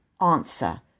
answer